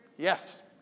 Yes